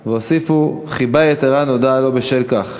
והוסיפו: "חיבה יתרה נודעת לו" בשל כך,